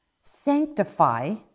sanctify